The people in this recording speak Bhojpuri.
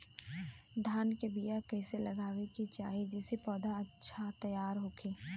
धान के बीया कइसे लगावे के चाही जेसे पौधा अच्छा तैयार होखे?